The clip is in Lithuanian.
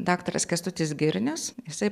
daktaras kęstutis girnius jisai